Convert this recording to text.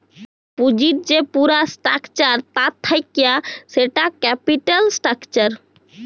পুঁজির যে পুরা স্ট্রাকচার তা থাক্যে সেটা ক্যাপিটাল স্ট্রাকচার